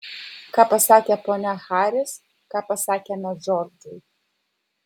ką pasakė ponia haris ką pasakėme džordžui